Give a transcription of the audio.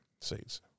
seats